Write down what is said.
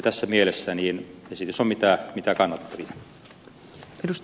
tässä mielessä esitys on mitä kannatettavin